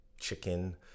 chicken